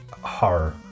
horror